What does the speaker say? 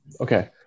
Okay